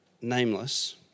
nameless